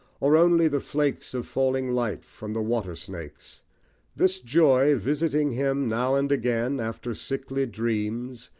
or only the flakes of falling light from the water-snakes this joy, visiting him, now and again, after sickly dreams,